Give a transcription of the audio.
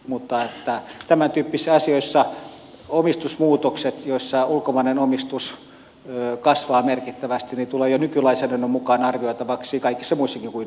mutta tämän tyyppisissä asioissa omistusmuutokset joissa ulkomainen omistus kasvaa merkittävästi tulevat jo nykylainsäädännön mukaan arvioitavaksi kaikissa muissakin kuin ydinvoimahankkeissa